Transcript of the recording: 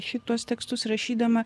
šituos tekstus rašydama